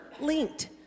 linked